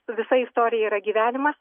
visa istorija yra gyvenimas